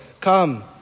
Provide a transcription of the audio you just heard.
come